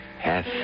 half